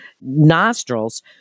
nostrils